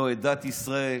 לא דת ישראל,